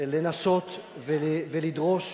לנסות ולדרוש